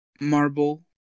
Marble